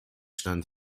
stand